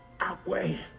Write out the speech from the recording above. outweigh